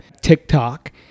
TikTok